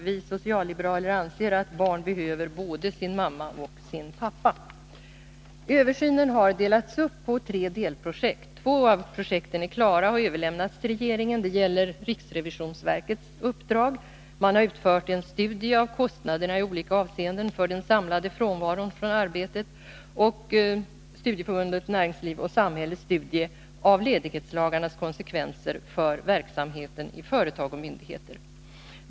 Vi socialliberaler anser att barn behöver både sin mamma och sin pappa. Översynen har delats upp på tre delprojekt. Två av projekten är klara och har överlämnats till regeringen. Det gäller riksrevisionsverkets uppdrag — man har utfört en studie av kostnaderna i olika avseenden för den samlade frånvaron från arbetet — och Studieförbundet Näringsliv och samhälles studie av ledighetslagarnas konsekvenser för verksamheten i företag och myndigheter.